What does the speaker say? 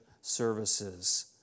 services